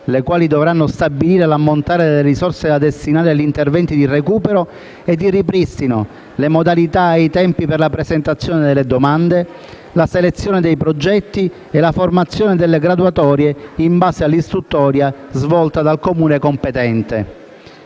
le quali dovranno stabilire l'ammontare delle risorse da destinare agli interventi di recupero e di ripristino, le modalità e i tempi per la presentazione delle domande, la selezione dei progetti e la formazione delle graduatorie in base all'istruttoria svolta dal Comune competente.